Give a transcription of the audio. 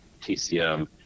TCM